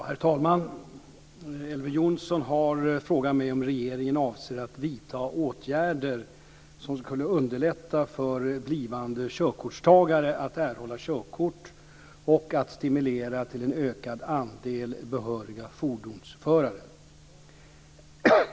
Herr talman! Elver Jonsson har frågat om regeringen avser att vidta åtgärder som skulle underlätta för blivande körkortstagare att erhålla körkort och stimulera till en ökad andel behöriga fordonsförare.